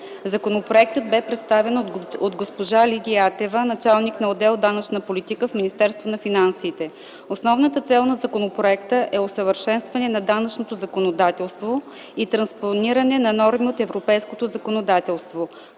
Законопроектът бе представен от госпожа Лидия Атева, началник на отдел „Данъчна политика” в Министерството на финансите. Основната цел на законопроекта е усъвършенстване на данъчното законодателство и транспониране на норми от европейското законодателство,